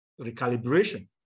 recalibration